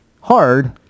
Hard